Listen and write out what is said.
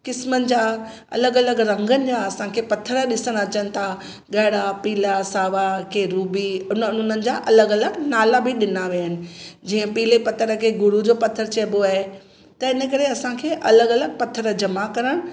क़िस्मनि जा अलॻि अलॻि रंगनि जा असांखे पत्थर ॾिसणु अचनि था ॻाढ़ा पीला सावा के रुबी उन उन्हनि जा अलॻि अलॻि नाला बि ॾिना वया आहिनि जीअं पीले पत्थर खे गुरु जो पत्थर चइबो आहे त इन करे असांखे अलॻि अलॻि पत्थर जमा करणु